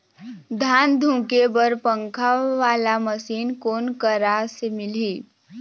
धान धुके बर पंखा वाला मशीन कोन करा से मिलही?